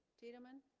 tiedemann